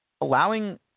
allowing